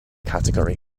category